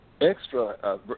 extra